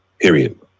period